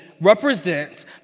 represents